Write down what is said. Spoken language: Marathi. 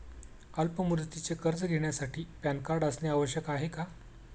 अल्प मुदतीचे कर्ज घेण्यासाठी पॅन कार्ड असणे आवश्यक आहे का?